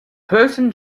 person